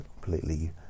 completely